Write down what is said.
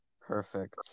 Perfect